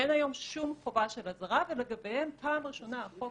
אין היום שום חובה של אזהרה ולגביהם פעם ראשונה החוק